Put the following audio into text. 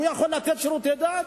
הוא יכול לתת שירותי דת?